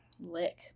Lick